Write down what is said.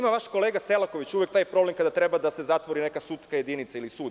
Vaš kolega Selaković ima uvek taj problem kada treba da se zatvori neka sudska jedinica ili sud.